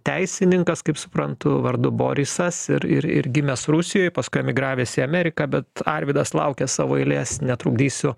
teisininkas kaip suprantu vardu borisas ir ir ir gimęs rusijoj paskui emigravęs į ameriką bet arvydas laukia savo eilės netrukdysiu